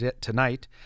tonight